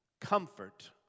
Comfort